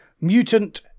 Mutant